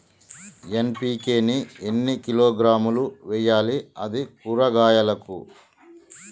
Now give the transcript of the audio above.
NPK ని ఎన్ని కిలోగ్రాములు వెయ్యాలి? అది కూరగాయలకు?